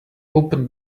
opened